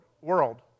world